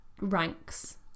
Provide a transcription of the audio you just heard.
ranks